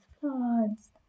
floods